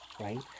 right